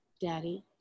Daddy